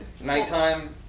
Nighttime